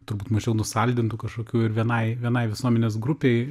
turbūt mažiau nusaldintų kažkokių ir vienai vienai visuomenės grupei